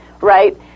right